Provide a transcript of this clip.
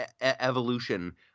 evolution